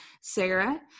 sarah